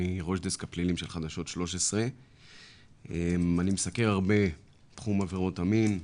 אני ראש דסק הפלילים של חדשות 13. אני מסקר הרבה את תחום עבירות המין,